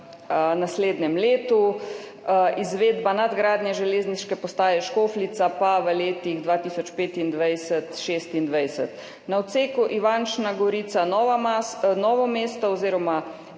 naslednjem letu, izvedba nadgradnje železniške postaje Škofljica pa v letih 2025, 2026. Na odseku Ivančna Gorica–Novo mesto oziroma